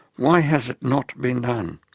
why has it not been done?